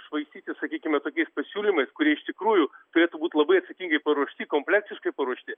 švaistytis sakykime tokiais pasiūlymais kurie iš tikrųjų turėtų būt labai atsakingai paruošti kompleksiškai paruošti